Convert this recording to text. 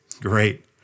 Great